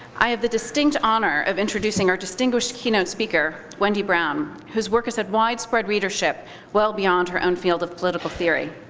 i have the distinct honor of introducing our distinguished keynote speaker, wendy brown, whose work has had widespread readership well beyond her own field of political theory.